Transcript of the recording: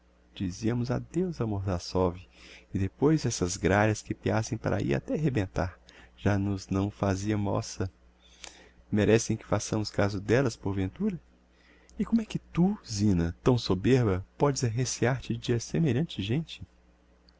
diziamos adeus a mordassov e depois essas gralhas que piassem para ahi até rebentar já nos não fazia mossa merecem que façamos caso d'ellas porventura e como é que tu zina tão soberba podes arrecear te de semelhante gente